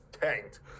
tanked